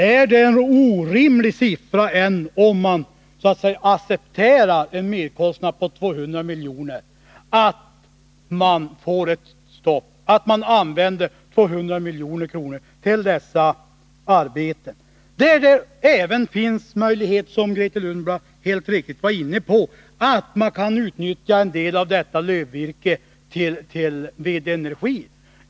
Är det en orimlig summa, om man använder 200 milj.kr. till röjningsarbeten så att man slipper använda gifter? Som Grethe Lundblad alldeles riktigt var inne på, kan man också utnyttja en del av detta lövvirke till vedenergi.